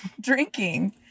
drinking